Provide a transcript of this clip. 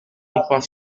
pas